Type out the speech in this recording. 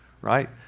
right